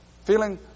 Feeling